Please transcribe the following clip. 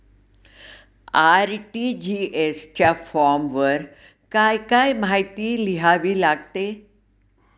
RTGS च्या फॉर्मवर काय काय माहिती लिहावी लागते?